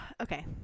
Okay